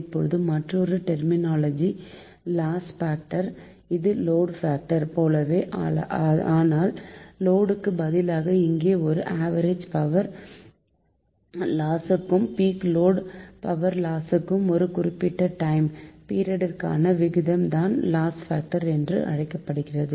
இப்போது மற்றொரு terminology loss factor இது லோடு பாக்டர் போலவே ஆனால் லோடுக்கு பதிலாக இங்கே இது ஆவரேஜ் பவர் லாஸ்க்கும் பீக் லோடு பவர் லாஸுக்குமான ஒரு குறிப்பிட்ட டைம் பீரியட் க்கான விகிதம் தான் லாஸ் பாக்டர் என்று அழைக்கப்படுகிறது